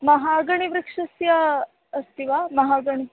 महागणिवृक्षस्य अस्ति वा महागणी